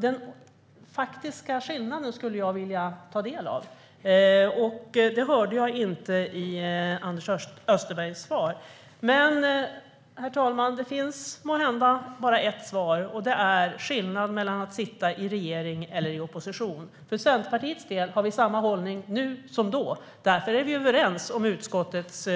Den faktiska skillnaden skulle jag vilja ta del av. Den hörde jag inte i Anders Österbergs svar. Måhända finns det bara ett svar, och det är skillnaden mellan att sitta i regering och i opposition. Centerpartiet har samma hållning nu som då. Därför är vi överens om utskottets